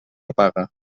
paga